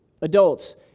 Adults